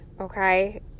Okay